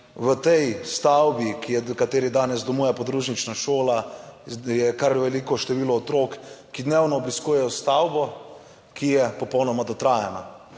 v tej stavbi, ki je, v kateri danes domuje podružnična šola, je kar veliko število otrok, ki dnevno obiskujejo stavbo, ki je popolnoma dotrajana.